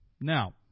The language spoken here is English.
Now